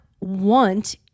want